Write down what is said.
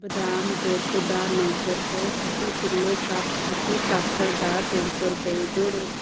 ਬਦਾਮ ਦੁੱਧ ਦਾ ਨੌ ਸੌ ਰੁਪਏ ਅਤੇ ਸਿਲੋ ਕੱਪ ਅਤੇ ਸਾਸਰ ਦਾ ਤਿੰਨ ਸੌ ਰੁਪਏ ਜੋੜੋ